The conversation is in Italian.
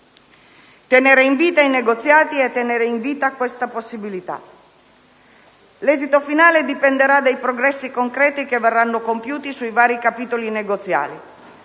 Tenere in vita i negoziati è tenere in vita questa possibilità. L'esito finale dipenderà dai progressi concreti che verranno compiuti sui vari capitoli negoziali.